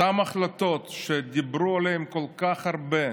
אותן החלטות שדיברו עליהן כל כך הרבה,